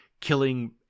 killing